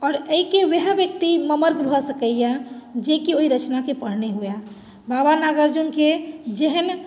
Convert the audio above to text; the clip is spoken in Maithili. आओर एहिके उएह व्यक्ति मर्मज्ञ भऽ सकैए जे कि ओहि रचनाके पढ़ने हुए बाबा नागार्जुनके जेहन